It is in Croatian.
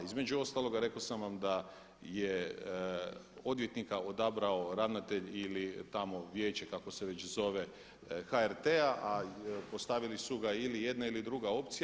Između ostaloga rekao sam vam da je odvjetnika odabrao ravnatelj ili tamo vijeće kako se već zove HRT-a a postavili su ga ili jedna ili druga opcija.